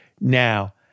now